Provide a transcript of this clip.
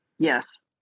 Yes